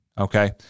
okay